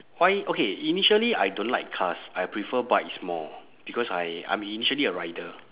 why okay initially I don't like cars I prefer bikes more because I I'm initially a rider